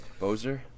bozer